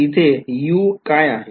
तर इथे u काय आहे